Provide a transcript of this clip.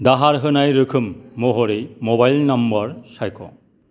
दाहार होनाय रोखोम महरै मबाइल नाम्बार सायख'